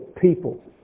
people